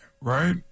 right